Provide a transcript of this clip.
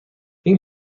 این